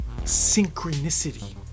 synchronicity